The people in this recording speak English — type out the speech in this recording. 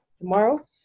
tomorrow